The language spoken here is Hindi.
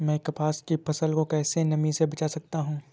मैं कपास की फसल को कैसे नमी से बचा सकता हूँ?